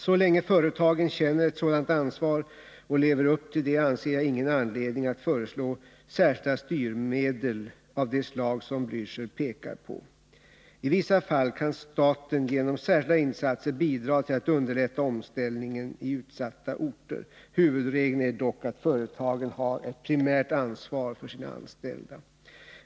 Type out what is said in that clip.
Så länge företagen känner ett sådant ansvar och lever upp till det ser jag ingen anledning att föreslå särskilda styrmedel av det slag som Raul Blächer pekar på. I vissa fall kan staten genom särskilda insatser bidra till att underlätta omställningen i utsatta orter. Huvudregeln är dock att företagen har ett primärt ansvar för sina anställda.